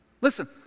Listen